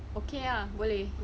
okay ah boleh